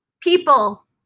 people